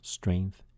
strength